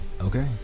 Okay